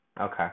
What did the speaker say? Okay